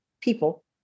people